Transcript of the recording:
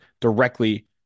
directly